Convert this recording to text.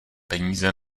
peníze